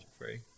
Free